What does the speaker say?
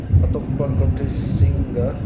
ꯑꯇꯣꯞꯄ ꯀꯟꯇ꯭ꯔꯤꯁꯤꯡꯒ